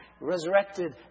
resurrected